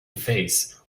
face